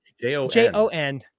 J-O-N